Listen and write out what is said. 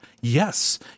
yes